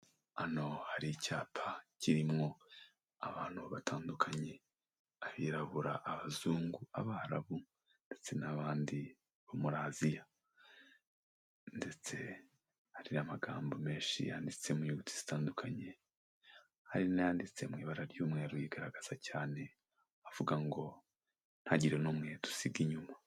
Hano hari icyapa kirimo abantu batandukanye, abirabura, abazungu, abarabu ndetse n'abandi bo muri Aziya. Ndetse hari n'amagambo menshi yanditse mu nyuguti zitandukanye, hari n'ayanditse mu ibara ry'umweru yigaragaza cyane, avuga ngo ntagire n'umwe dusiga inyuma.